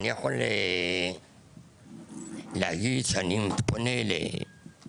אני יכול להגיד שאם אני פונה ללשכה,